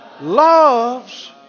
loves